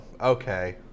okay